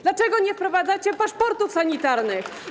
Dlaczego nie wprowadzacie paszportów sanitarnych?